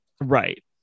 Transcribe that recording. right